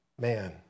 man